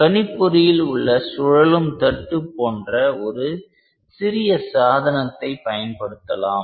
கணிப்பொறியில் உள்ள சுழலும் தட்டு போன்ற ஒரு சிறிய சாதனத்தை பயன்படுத்தலாம்